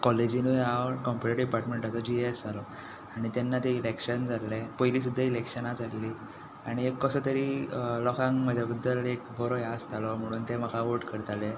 कॉलेजीनूय हांव कोंकणी डिपार्टमेंटाचो G S जालो आनी तेन्ना ते इलेक्शन जाल्ले पयलीं सुद्दां इलेक्शनां जाल्लीं आनी एक कसो तरी लोकांक म्हज्या बद्दल एक बरो हें आसतालो म्हणून ते म्हाका वॉट करताले